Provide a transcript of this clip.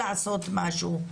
לעשות משהו.